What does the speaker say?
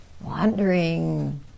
wandering